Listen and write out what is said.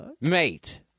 mate